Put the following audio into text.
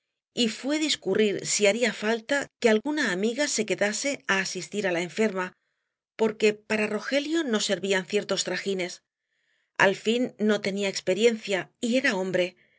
y fué discutir si haría falta que alguna amiga se quedase á asistir á la enferma porque para rogelio no servían ciertos trajines al fin no tenía experiencia y era hombre